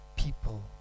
people